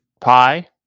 pi